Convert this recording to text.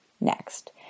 next